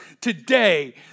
today